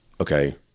okay